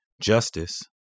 Justice